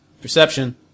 Perception